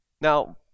Now